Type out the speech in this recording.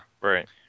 Right